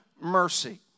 mercy